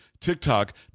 TikTok